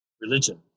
religion